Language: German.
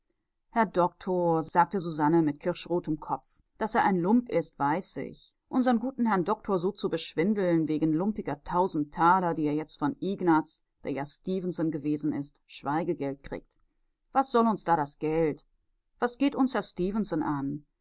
herr doktor sagte susanne mit kirschrotem kopf daß er ein lump ist weiß ich unsern guten herrn doktor so zu beschwindeln wegen lumpiger tausend taler die er jetzt von ignaz der ja stefenson gewesen ist schweigegeld kriegt was soll uns das geld was geht uns herr stefenson an